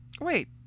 Wait